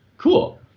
Cool